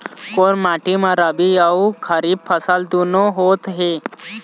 कोन माटी म रबी अऊ खरीफ फसल दूनों होत हे?